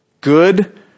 good